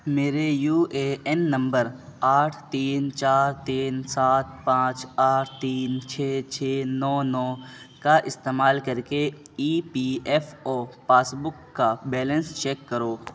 میرے U A N نمبر آٹھ تین چار تین سات پانچ آٹھ تین چھ چھ نو نو کا استعمال کر کے E P F O passbook کا بیلنس چیک کرو